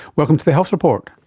welcome to the health report.